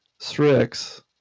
Srix